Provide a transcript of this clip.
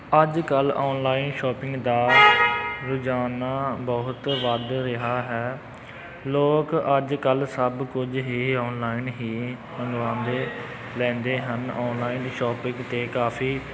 ਅੱਜ ਕੱਲ੍ਹ online shopping ਦਾ ਰੁਝਾਨ ਬਹੁਤ ਵੱਧ ਰਿਹਾ ਹੈ ਲੋਕ ਅੱਜ ਕੱਲ੍ਹ ਸਭ ਕੁਝ ਹੀ ਔਨਲਾਈਨ ਹੀ ਮੰਗਵਾਉਂਦੇ ਰਹਿੰਦੇ ਹਨ ਔਨਲਾਈਨ ਸ਼ੋਪਿੰਗ 'ਤੇ ਕਾਫ਼ੀ